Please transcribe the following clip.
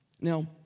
Now